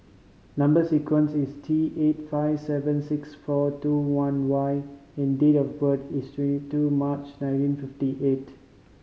number sequence is T eight five seven six four two one Y and date of birth is twenty two March nineteen fifty eight